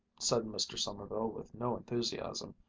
said mr. sommerville with no enthusiasm,